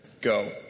Go